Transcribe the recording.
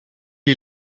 est